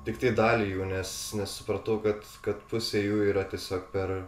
tiktai dalį jų nes nes supratau kad kad pusė jų yra tiesiog per